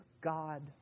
God